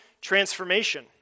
transformation